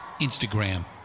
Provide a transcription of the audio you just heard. Instagram